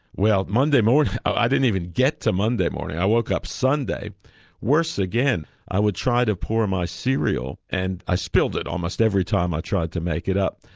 well monday morning, i didn't even get to monday morning, i woke up sunday worse again, i would try to pour my cereal and i spilt it almost every time i tried to make it up.